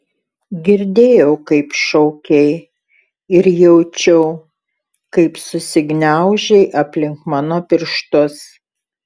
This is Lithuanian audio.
girdėjau kaip šaukei ir jaučiau kaip susigniaužei aplink mano pirštus